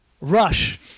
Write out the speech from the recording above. Rush